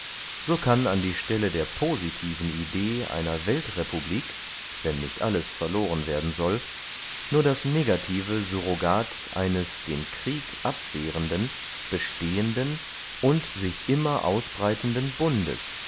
so kann an die stelle der positiven idee einer weltrepublik wenn nicht alles verlohren werden soll nur das negative surrogat eines den krieg abwehrenden bestehenden und sich immer ausbreitenden bundes